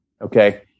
Okay